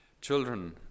Children